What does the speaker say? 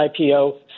IPO